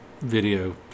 video